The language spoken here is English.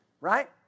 Right